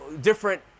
different